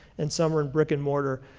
and some are in brick and mortar.